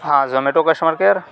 ہاں Zomato customer care